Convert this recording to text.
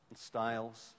styles